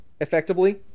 effectively